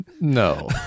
No